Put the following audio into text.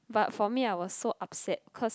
but for me I was so upset because